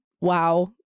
Wow